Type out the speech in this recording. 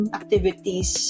activities